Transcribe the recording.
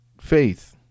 Faith